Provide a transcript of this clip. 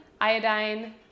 iodine